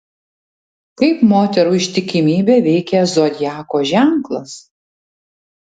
kaip moterų ištikimybę veikia zodiako ženklas